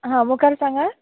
आं मुखार सांगात